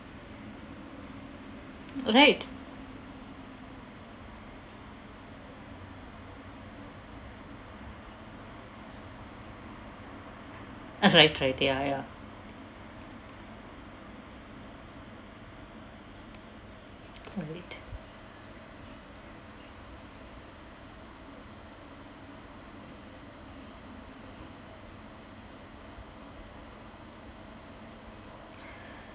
right uh right right ya ya right